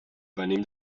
venim